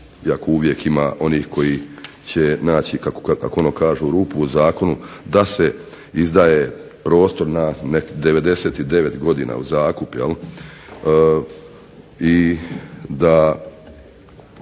iako uvijek ima onih koji će naći kako kažu rupu u zakonu, da se izdaje prostor na 99 godina u zakup, iako